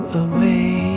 away